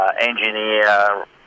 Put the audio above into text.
engineer